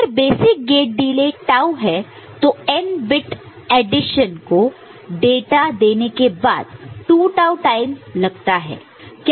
अगर basic gate delay tau है तो n बिट एडिशन को डेटा देने के बाद 2 टाऊ टाइम लगता है